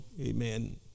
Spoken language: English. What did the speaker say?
amen